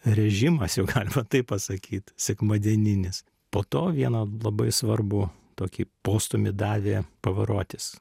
režimas jau galima taip pasakyt sekma dieninis po to vieną labai svarbų tokį postūmį davė pavarotis